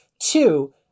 Two